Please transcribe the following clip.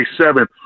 seven